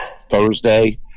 Thursday